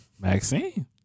Maxine